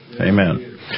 Amen